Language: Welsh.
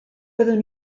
byddwn